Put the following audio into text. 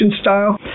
style